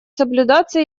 соблюдаться